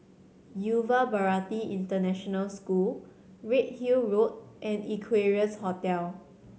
Yuva Bharati International School Redhill Road and Equarius Hotel